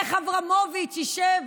איך אברמוביץ' ישב,